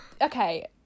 Okay